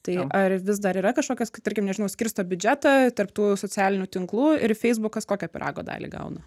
tai ar vis dar yra kažkokios kai tarkim nežinau skirsto biudžetą tarp tų socialinių tinklų ir feisbukas kokią pyrago dalį gauna